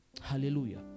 Hallelujah